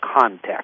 context